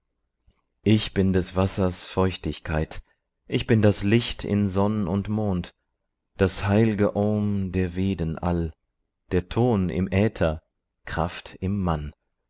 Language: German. ich bin des wassers feuchtigkeit ich bin das licht in sonn und mond das heilge om der veden all der ton im äther kraft im mann